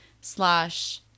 slash